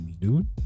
dude